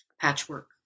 patchwork